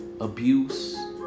abuse